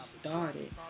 started